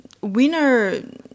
winner